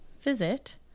visit